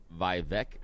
Vivek